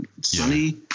Sunny